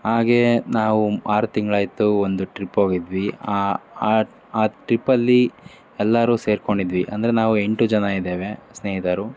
ಹಾಗೇ ನಾವು ಆರು ತಿಂಗಳಾಯ್ತು ಒಂದು ಟ್ರಿಪ್ ಹೋಗಿದ್ವಿ ಆ ಆ ಆ ಟ್ರಿಪ್ಪಲ್ಲಿ ಎಲ್ಲರೂ ಸೇರಿಕೊಂಡಿದ್ವಿ ಅಂದರೆ ನಾವು ಎಂಟು ಜನ ಇದ್ದೇವೆ ಸ್ನೇಹಿತರು